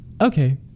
okay